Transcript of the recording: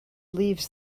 leaves